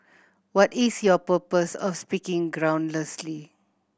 what is your purpose of speaking groundlessly